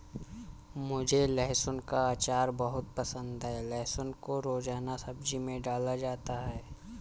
मुझे लहसुन का अचार बहुत पसंद है लहसुन को रोजाना सब्जी में डाला जाता है